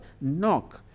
Knock